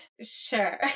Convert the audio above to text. sure